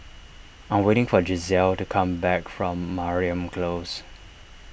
I am waiting for Gisele to come back from Mariam Close